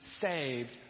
saved